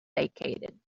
vacated